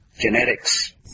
Genetics